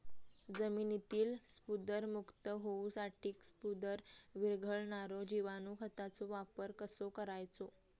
जमिनीतील स्फुदरमुक्त होऊसाठीक स्फुदर वीरघळनारो जिवाणू खताचो वापर कसो करायचो?